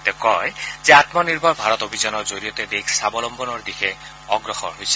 তেওঁ কয় যে আম্মনিৰ্ভৰ ভাৰত অভিযানৰ জৰিয়তে দেশ স্বাৱলম্বনৰ দিশে অগ্ৰসৰ হৈছে